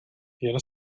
jen